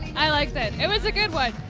i like that. it was a good one.